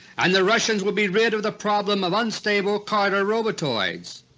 and the russians would be rid of the problem of unstable carter robotoids.